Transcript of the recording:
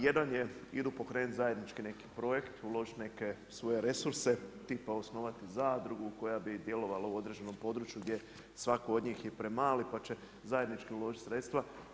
Jedan je, idu pokrenuti zajednički neki projekt, uložiti neke svoje resurse, tipa osnovati zadrugu, koja bi djelovala u određenom području, gdje svako od njih je premali, pa će zajednički uložiti sredstva.